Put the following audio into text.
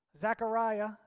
Zechariah